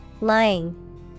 Lying